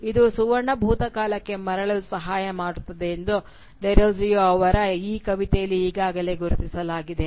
ಇದು ಸುವರ್ಣ ಭೂತಕಾಲಕ್ಕೆ ಮರಳಲು ಸಹಾಯ ಮಾಡುತ್ತದೆ ಎಂದು ಡೆರೋಜಿಯೊ ಅವರ ಈ ಕವಿತೆಯಲ್ಲಿ ಈಗಾಗಲೇ ಗುರುತಿಸಲಾಗಿದೆ